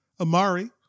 Amari